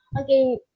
okay